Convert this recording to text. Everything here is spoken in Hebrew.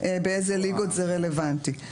באיזה ליגות זה רלוונטי.